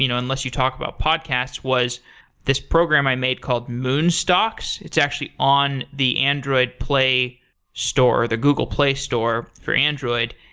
you know unless you talk about podcasts, was this program i made called moonstocks. it's actually on the android play store, the google play store for android.